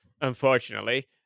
unfortunately